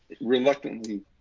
reluctantly